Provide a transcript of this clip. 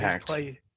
play